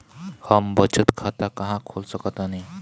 हम बचत खाता कहां खोल सकतानी?